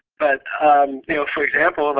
but for example, but